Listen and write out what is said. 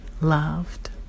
loved